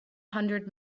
hundred